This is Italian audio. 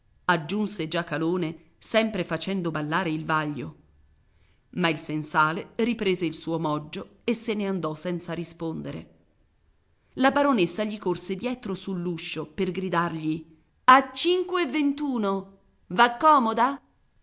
aggiunse giacalone sempre facendo ballare il vaglio ma il sensale riprese il suo moggio e se ne andò senza rispondere la baronessa gli corse dietro sull'uscio per gridargli a cinque e vent'uno v'accomoda